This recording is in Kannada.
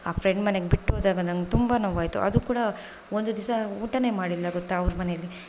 ಆ ಫ್ರೆಂಡ್ ಮನೆಗೆ ಬಿಟ್ಟು ಹೋದಾಗ ನಂಗೆ ತುಂಬ ನೋವಾಯಿತು ಅದು ಕೂಡ ಒಂದು ದಿವ್ಸ ಊಟನೇ ಮಾಡಿಲ್ಲ ಗೊತ್ತಾ ಅವರ ಮನೇಲಿ